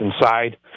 inside